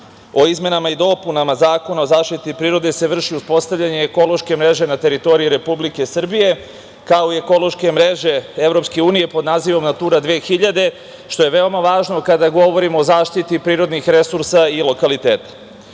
o izmenama i dopuna Zakona o zaštiti prirode se vrši uspostavljanje ekološke mreže na teritoriji Republike Srbije, kao i ekološke mreže EU pod nazivom „Natura 2000“, što je veoma važno kada govorimo o zaštiti prirodnih resursa i lokaliteta.